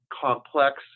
complex